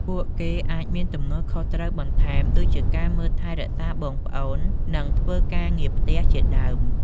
ពួកគេអាចមានទំនួលខុសត្រូវបន្ថែម ដូចជាការមើលថែរក្សាបងប្អូន និងធ្វើការងារផ្ទះជាដើម។